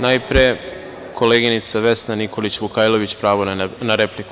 Najpre koleginica Vesna Nikolić Vukajlović, pravo na repliku.